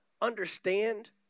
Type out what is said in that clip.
understand